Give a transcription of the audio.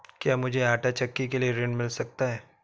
क्या मूझे आंटा चक्की के लिए ऋण मिल सकता है?